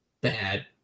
bad